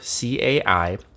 CAI